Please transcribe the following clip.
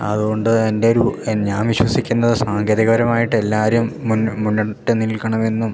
അതുകൊണ്ട് എൻ്റെ ഒരു ഞാൻ വിശ്വസിക്കുന്നത് സാങ്കേതികപരമായിട്ട് എല്ലാവരും മുന്നോട്ട് നിൽക്കണമെന്നും